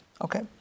Okay